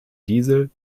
diesel